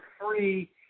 free